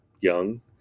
young